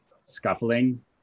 scuffling